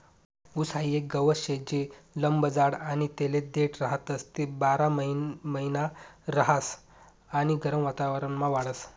ऊस हाई एक गवत शे जे लंब जाड आणि तेले देठ राहतस, ते बारामहिना रहास आणि गरम वातावरणमा वाढस